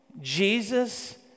Jesus